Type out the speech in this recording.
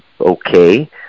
okay